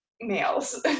males